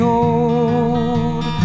old